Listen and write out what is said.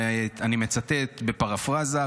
ואני מצטט בפרפרזה,